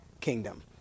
kingdom